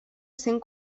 cent